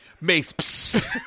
mace